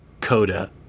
coda